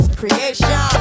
creation